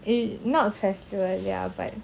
eh not festival ya but